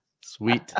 Sweet